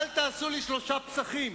אל תעשו לי שלושה פסחים: